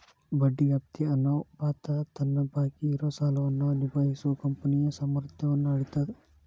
ಬಡ್ಡಿ ವ್ಯಾಪ್ತಿ ಅನುಪಾತ ತನ್ನ ಬಾಕಿ ಇರೋ ಸಾಲವನ್ನ ನಿಭಾಯಿಸೋ ಕಂಪನಿಯ ಸಾಮರ್ಥ್ಯನ್ನ ಅಳೇತದ್